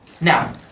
Now